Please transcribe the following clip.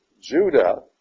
Judah